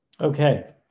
Okay